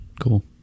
Cool